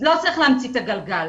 לא צריך להמציא את הגלגל.